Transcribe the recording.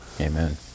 Amen